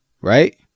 Right